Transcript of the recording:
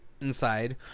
inside